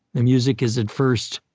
the music is, at first,